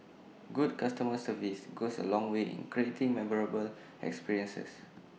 good customer service goes A long way in creating memorable experiences